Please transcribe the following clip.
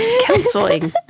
counseling